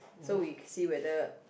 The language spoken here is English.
so we see whether